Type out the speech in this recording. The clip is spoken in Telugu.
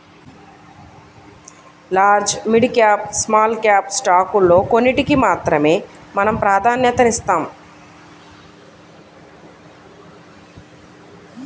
large, mid cap, small cap స్టాకుల్లో కొన్నిటికి మాత్రమే మనం ప్రాధన్యతనిస్తాం